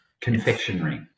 Confectionery